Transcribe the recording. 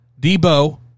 Debo